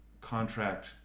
contract